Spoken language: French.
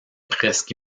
presque